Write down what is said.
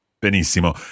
Benissimo